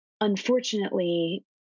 unfortunately